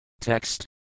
Text